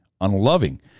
unloving